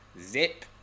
zip